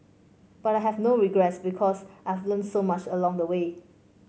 but I have no regrets because I've learnt so much along the way